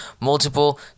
multiple